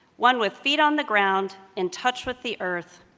one with feet on the ground, in touch with the earth,